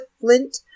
Flint